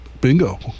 Bingo